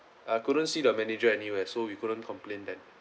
I couldn't see the manager anywhere so we couldn't complain then